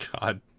God